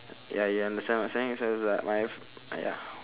ya you understand what I'm saying so it's like my f~ ya